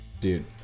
Dude